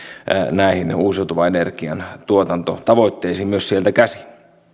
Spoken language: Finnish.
näihin uusiutuvan energian tuotantotavoitteisiin myös sieltä käsin